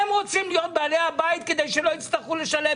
הם רוצים להיות בעלי הבית כדי שלא יצטרכו לשלם.